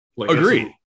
Agreed